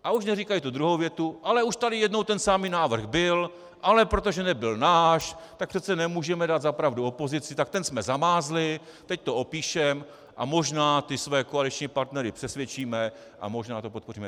A už neříkají tu druhou větu: Ale už tady jednou ten samý návrh byl, ale protože nebyl náš, tak přece nemůžeme dát za pravdu opozici, tak ten jsme zamázli, teď to opíšeme a možná ty své koaliční partnery přesvědčíme a možná to podpoříme.